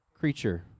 creature